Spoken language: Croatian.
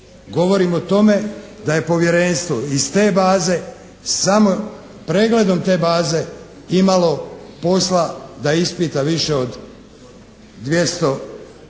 Govorim o tome da je Povjerenstvo iz te baze samo pregledom te baze imalo posla da ispita više od 200